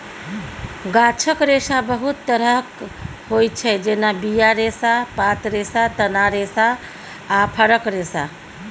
गाछक रेशा बहुत तरहक होइ छै जेना बीया रेशा, पात रेशा, तना रेशा आ फरक रेशा